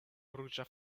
ruĝa